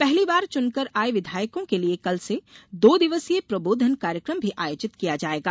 पहली बार चुनकर आये विधायकों के लिए कल से दो दिवसीय प्रबोधन कार्यक्रम भी आयोजित किया जायेगा